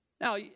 Now